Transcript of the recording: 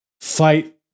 fight